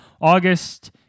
August